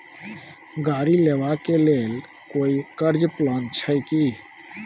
गाड़ी लेबा के लेल कोई कर्ज प्लान छै की?